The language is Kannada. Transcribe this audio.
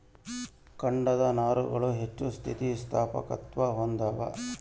ಕಾಂಡದ ನಾರುಗಳು ಹೆಚ್ಚು ಸ್ಥಿತಿಸ್ಥಾಪಕತ್ವ ಹೊಂದ್ಯಾವ